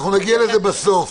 אנחנו נגיע לזה בסוף.